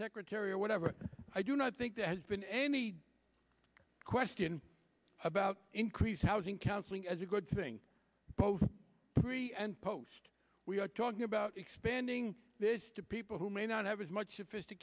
secretary or whatever i do not think there has been any question about increased housing counseling as a good thing both pre and post we are talking about expanding this to people who may not have as much if is to